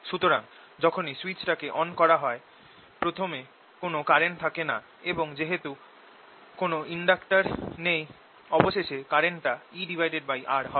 সুতরাং যখনই সুইচ টাকে অন করা হয় প্রথমে কোন কারেন্ট থাকে না এবং যেহেতু কোন ইন্ডাক্টর নেই অবশেষে কারেন্টটা ER হয়